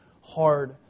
hard